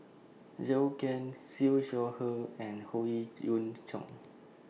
Zhou Can Siew Shaw Her and Howe Yoon Chong